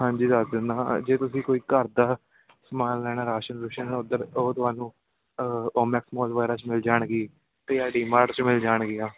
ਹਾਂਜੀ ਦੱਸ ਦਿੰਦਾ ਜੇ ਤੁਸੀਂ ਕੋਈ ਘਰ ਦਾ ਸਮਾਨ ਲੈਣਾ ਰਾਸ਼ਨ ਰੁਸ਼ਨ ਉੱਧਰ ਉਹ ਤੁਹਾਨੂੰ ਓਮੈਕਸ ਮੌਲ ਵਗੈਰਾ 'ਚ ਮਿਲ ਜਾਣਗੇ ਅਤੇ ਡਿਮਾਟਸ 'ਚ ਮਿਲ ਜਾਣਗੀਆਂ